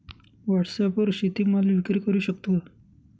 व्हॉटसॲपवर शेती माल विक्री करु शकतो का?